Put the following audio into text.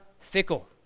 fickle